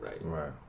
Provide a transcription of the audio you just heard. right